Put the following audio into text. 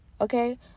Okay